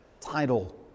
title